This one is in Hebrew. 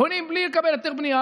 בונים בלי לקבל היתר בנייה,